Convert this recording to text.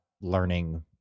learning